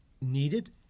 needed